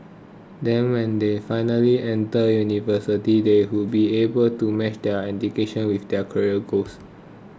then when they finally enter university they would be able to match their education with their career goals